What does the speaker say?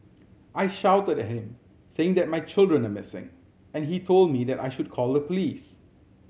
I shouted at him saying that my children are missing and he told me that I should call the police